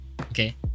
Okay